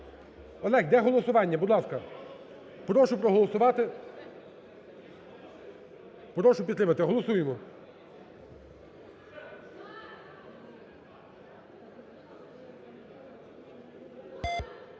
Олег, йде голосування. Будь ласка. Прошу проголосувати. Прошу підтримати. Голосуємо!